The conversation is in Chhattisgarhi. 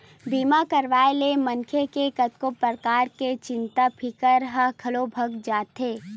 बीमा करवाए ले मनखे के कतको परकार के चिंता फिकर ह घलोक भगा जाथे